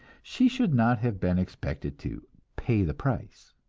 she should not have been expected to pay the price.